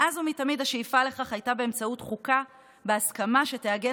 מאז ומתמיד השאיפה לכך הייתה באמצעות חוקה בהסכמה שתעגן